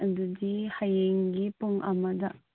ꯑꯗꯨꯗꯤ ꯍꯌꯦꯡꯒꯤ ꯄꯨꯡ ꯑꯃꯗ